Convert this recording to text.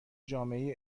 جامعه